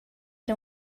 era